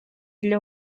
для